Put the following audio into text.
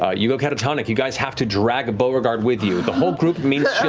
ah you go catatonic. you guys have to drag beauregard with you. the whole group means